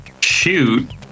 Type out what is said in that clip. Shoot